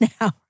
now